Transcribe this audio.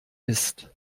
ist